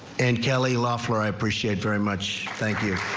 and kelly law for i appreciate very much. thank you.